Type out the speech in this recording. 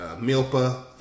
milpa